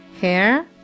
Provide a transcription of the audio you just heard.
hair